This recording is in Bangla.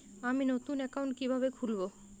আমি নতুন অ্যাকাউন্ট কিভাবে খুলব?